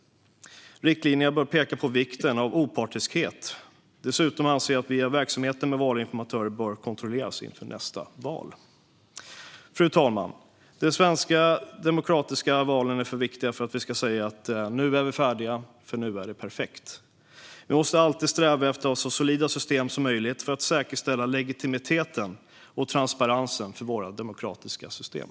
Riktlinjerna bör peka på vikten av opartiskhet. Dessutom anser vi att verksamheten med valinformatörer bör kontrolleras inför nästa val. Fru talman! De svenska demokratiska valen är för viktiga för att vi ska säga: Nu är vi färdiga, för nu är det perfekt. Vi måste alltid sträva efter att ha så solida system som möjligt för att säkerställa legitimiteten för och transparensen i vårt demokratiska system.